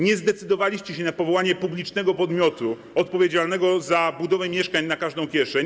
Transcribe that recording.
Nie zdecydowaliście się na powołanie publicznego podmiotu odpowiedzialnego za budowę mieszkań na każdą kieszeń.